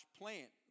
plant